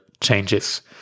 changes